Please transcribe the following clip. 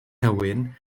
nhywyn